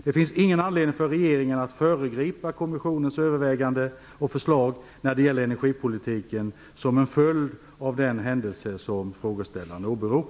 Det finns ingen anledning för regeringen att föregripa kommissionens överväganden och förslag när det gäller energipolitiken som en följd av den händelse som frågeställaren åberopar.